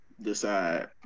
decide